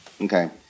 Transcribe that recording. okay